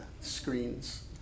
screens